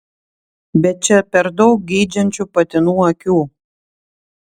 bet čia per daug geidžiančių patinų akių